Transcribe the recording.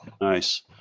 Nice